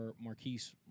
Marquise